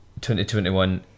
2021